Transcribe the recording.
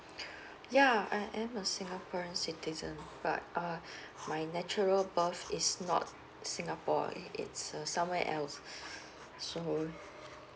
yeah I'm a singaporean citizen but uh my natural birth is not singapore it's somewhere else so